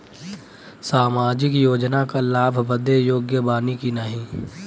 सामाजिक योजना क लाभ बदे योग्य बानी की नाही?